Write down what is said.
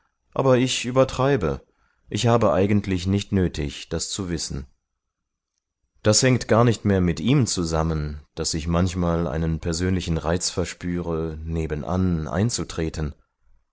aber ich übertreibe ich habe eigentlich nicht nötig das zu wissen das hängt gar nicht mehr mit ihm zusammen daß ich manchmal einen plötzlichen reiz verspüre nebenan einzutreten